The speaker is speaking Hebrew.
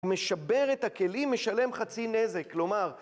הוא משבר את הכלים, משלם חצי נזק, כלומר...